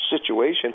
situation